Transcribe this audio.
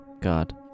God